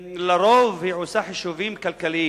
לרוב היא עושה חישובים כלכליים.